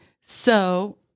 So-